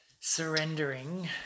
surrendering